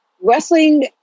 wrestling